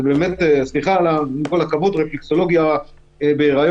סליחה, ועם כל הכבוד, אבל רפלקסולוגיה בהיריון?